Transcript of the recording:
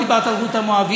את לא דיברת על רות המואבייה,